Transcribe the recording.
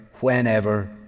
whenever